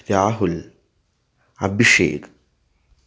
Rahul Abhishek